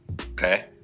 okay